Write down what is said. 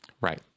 Right